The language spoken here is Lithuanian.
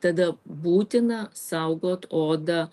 tada būtina saugot odą